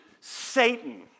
Satan